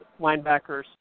Linebackers